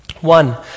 One